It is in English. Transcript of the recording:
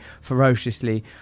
ferociously